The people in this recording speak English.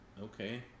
okay